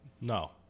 No